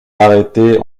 arrêté